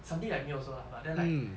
something like me also lah but then like